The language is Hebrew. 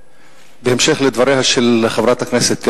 בהמשך לדבריה של חברת הכנסת תירוש,